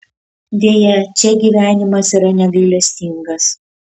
deja čia gyvenimas yra negailestingas